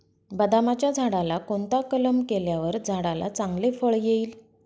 बदामाच्या झाडाला कोणता कलम केल्यावर झाडाला चांगले फळ येईल?